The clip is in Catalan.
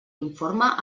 informe